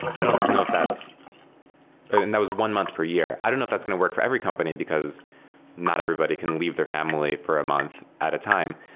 i don't know if that's and that was one month per year. i don't know if that's going to work for every company, because not everybody can leave their family for a month at a time.